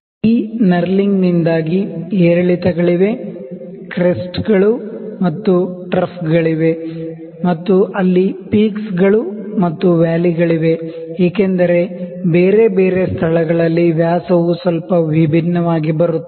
ಈ ನರ್ಲಿಂಗ್ ನಿಂದಾಗಿ ಏರಿಳಿತಗಳಿವೆ ಕ್ರೆಸ್ಟ್ಗಳು ಮತ್ತು ಟ್ರಫ್ಗಳಿವೆ ಮತ್ತು ಅಲ್ಲಿ ಪೀಕ್ಸ್ ಗಳು ಮತ್ತು ವ್ಯಾಲಿಗಳಿವೆ ಏಕೆಂದರೆ ಬೇರೆ ಬೇರೆ ಸ್ಥಳಗಳಲ್ಲಿ ವ್ಯಾಸವು ಸ್ವಲ್ಪ ವಿಭಿನ್ನವಾಗಿ ಬರುತ್ತದೆ